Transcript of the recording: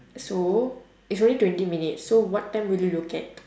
so it's only twenty minutes so what time will you look at